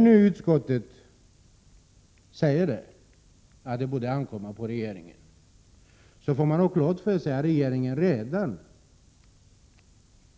När utskottet säger att frågan om sammansättningen av invandrarverkets styrelse får ankomma på regeringen, får man ha klart för sig att regeringen redan